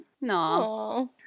No